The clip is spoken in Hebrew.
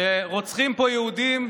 שרוצחים פה יהודים,